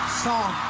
song